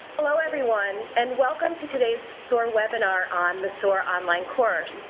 hello everyone and welcome to today's soar webinar on the soar online course.